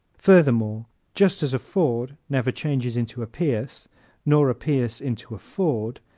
furthermore just as a ford never changes into a pierce nor a pierce into a ford,